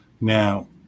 Now